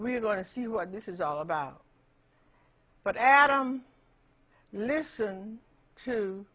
we're going to see what this is all about but adam listen to